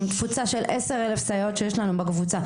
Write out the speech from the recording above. עם תפוצה של 10,000 סייעות שיש לנו בקבוצה.